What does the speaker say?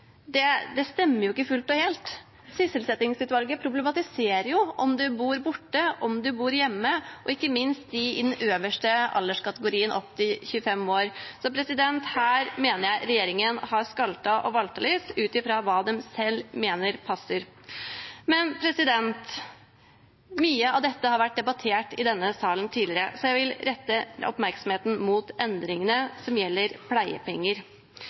anbefalinger. Det stemmer ikke fullt og helt. Sysselsettingsutvalget problematiserer om man bor borte, om man bor hjemme, og ikke minst dem i den øverste alderskategorien opp til 25 år, så her mener jeg regjeringen har skaltet og valtet litt ut fra hva den selv mener passer. Mye av dette har vært debattert i denne salen tidligere, så jeg vil rette oppmerksomheten mot endringene som gjelder pleiepenger.